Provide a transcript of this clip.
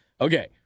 Okay